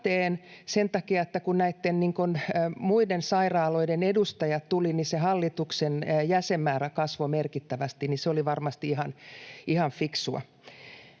sen takia, että kun näitten muiden sairaaloiden edustajat tulivat, niin se hallituksen jäsenmäärä kasvoi merkittävästi, joten se oli varmasti ihan fiksua.